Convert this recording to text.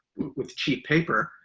with cheap paper,